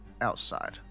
outside